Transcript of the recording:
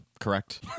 Correct